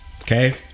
Okay